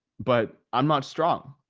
but i'm not strong.